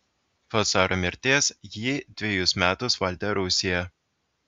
po caro mirties ji dvejus metus valdė rusiją